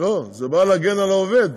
לא, זה בא להגן על העובד.